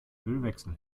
ölwechsel